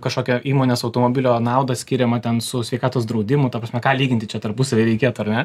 kažkokio įmonės automobilio nauda skiriama ten su sveikatos draudimu ta prasme ką lyginti čia tarpusavyje reikėtų ar ne